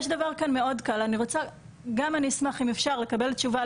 אני אשמח לקבל תשובה,